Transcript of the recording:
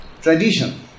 Tradition